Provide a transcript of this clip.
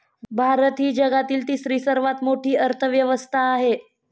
भारत ही जगातील तिसरी सर्वात मोठी अर्थव्यवस्था आहे